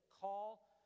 call